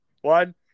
One